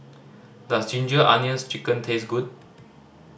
does Ginger Onions Chicken taste good